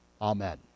Amen